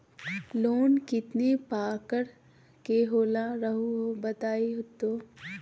Loan कितने पारकर के होला रऊआ बताई तो?